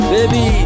Baby